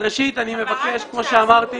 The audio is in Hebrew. ראשית, אני מבקש, כמו שאמרתי